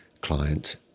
client